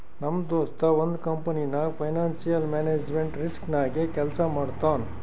ನಮ್ ದೋಸ್ತ ಒಂದ್ ಕಂಪನಿನಾಗ್ ಫೈನಾನ್ಸಿಯಲ್ ಮ್ಯಾನೇಜ್ಮೆಂಟ್ ರಿಸ್ಕ್ ನಾಗೆ ಕೆಲ್ಸಾ ಮಾಡ್ತಾನ್